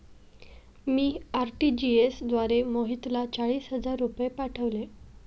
मी RTGS द्वारे मोहितला चाळीस हजार रुपये पाठवले